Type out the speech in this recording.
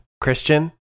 Christian